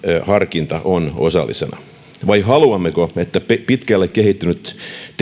harkinta on osallisena vai haluammeko että pitkälle kehittynyt